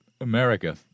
America